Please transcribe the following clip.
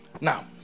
now